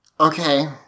Okay